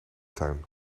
tuin